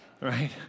right